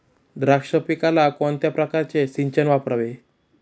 द्राक्ष पिकाला कोणत्या प्रकारचे सिंचन वापरावे?